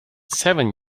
seven